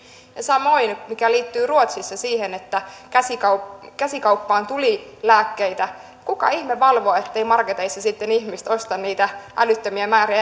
samoin mikä liittyy ruotsissa siihen että käsikauppaan käsikauppaan tuli lääkkeitä kuka ihme valvoo etteivät marketeissa sitten ihmiset osta niitä älyttömiä määriä